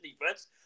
defense